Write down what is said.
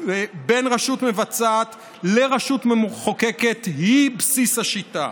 בין רשות מבצעת לבין רשות מחוקקת היא בסיס השיטה.